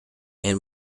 and